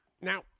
Now